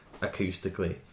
acoustically